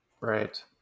Right